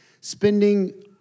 spending